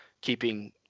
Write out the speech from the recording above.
keeping